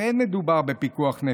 הרי אין מדובר בפיקוח נפש,